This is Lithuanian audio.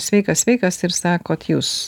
sveikas sveikas ir sakot jūs